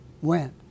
went